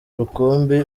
rukumbi